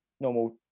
normal